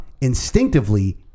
instinctively